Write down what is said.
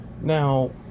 Now